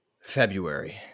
February